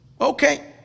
okay